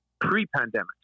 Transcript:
pre-pandemic